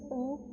ओह्